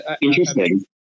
Interesting